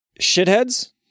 Shitheads